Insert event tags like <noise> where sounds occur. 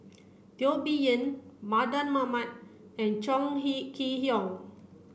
Teo Bee Yen Mardan Mamat and Chong <unintelligible> Kee Hiong